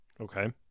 Okay